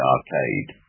Arcade